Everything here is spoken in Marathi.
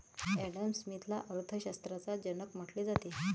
ॲडम स्मिथला अर्थ शास्त्राचा जनक म्हटले जाते